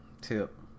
tip